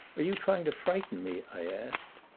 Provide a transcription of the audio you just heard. are you trying to frighten me? i asked.